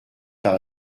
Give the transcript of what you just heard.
par